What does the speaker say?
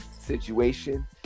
situation